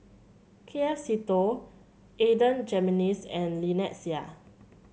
K F Seetoh Adan Jimenez and Lynnette Seah